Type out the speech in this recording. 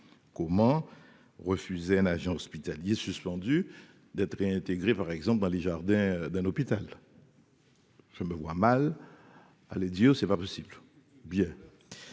comment refuser un agent hospitalier suspendu d'être réintégré par exemple dans les jardins d'un hôpital. Je me vois mal aller Dieu c'est pas possible, bien,